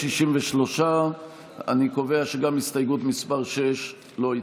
63. אני קובע שגם הסתייגות מס' 6 לא התקבלה.